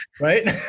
right